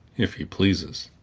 if he pleases.